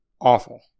awful